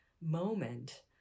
moment